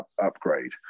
upgrade